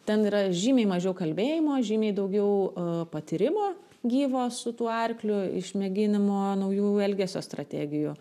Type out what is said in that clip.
ten yra žymiai mažiau kalbėjimo žymiai daugiau a patyrimo gyvo su tuo arkliu išmėginimo naujų elgesio strategijų